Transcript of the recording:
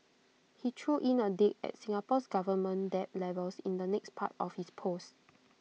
he threw in A dig at Singapore's government debt levels in the next part of his post